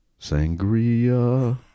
sangria